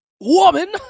Woman